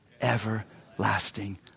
everlasting